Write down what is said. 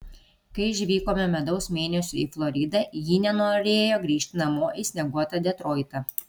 kai išvykome medaus mėnesiui į floridą ji nenorėjo grįžti namo į snieguotą detroitą